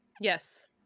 Yes